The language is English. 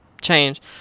change